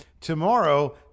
Tomorrow